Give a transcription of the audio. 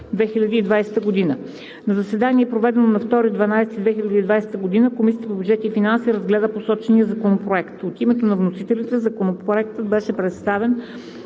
2020 г. На заседание, проведено на 2 декември 2020 г., Комисията по бюджет и финанси разгледа посочения законопроект. От името на вносителите Законопроектът беше представен